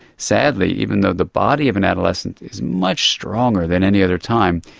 sadly, even though the body of an adolescent is much stronger than any other time,